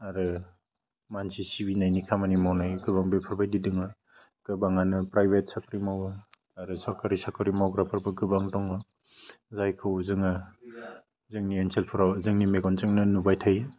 आरो मानसि सिबिनायनि खामानि मावनाय गोबां बेफोरबायदि दं गोबाङानो प्राइभेट साख्रि मावो आरो सरकारि साख्रि मावग्राफोरबो गोबां दङ जायखौ जोङो जोंनि ओनसोलफ्राव जोंनि मेगनजोंनि नुबाय थायो